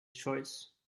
choice